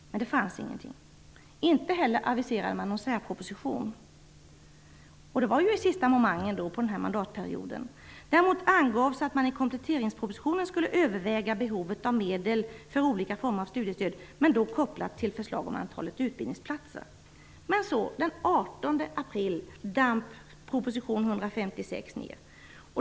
Men det fanns ingenting. Inte heller aviserade man någon särproposition. Det var i sista momangen under mandatperioden. Däremot angavs att man i kompletteringspropositionen skulle överväga behovet av medel för olika former av studiestöd men då kopplat till förslag om antalet utbildningsplatser. Men så den 18 april damp proposition 156 ner.